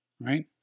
Right